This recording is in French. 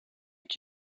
est